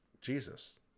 Jesus